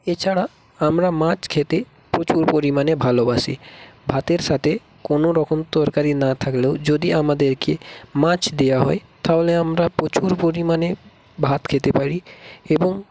এছাড়া আমরা মাছ খেতে প্রচুর পরিমাণে ভালোবাসি ভাতের সাথে কোনো রকম তরকারি না থাকলেও যদি আমাদেরকে মাছ দেওয়া হয় তাহলে আমরা প্রচুর পরিমাণে ভাত খেতে পারি এবং